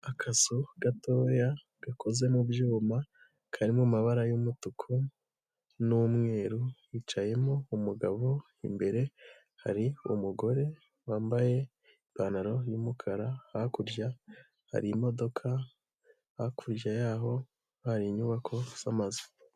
Akazu gatoya gakoze mu byuma, kari mu mabara y'umutuku n'umweru, hicayemo umugabo imbere hari umugore wambaye ipantaro y'umukara, hakurya hari imodoka, hakurya y'aho hari inyubako z'amazu.